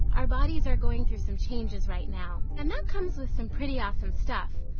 our bodies are going through some changes right now, and that comes with some pretty awesome stuff,